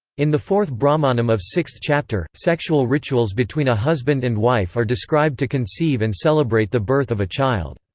in the fourth brahmanam of sixth chapter, sexual rituals between a husband and wife are described to conceive and celebrate the birth of a child.